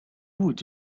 would